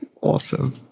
awesome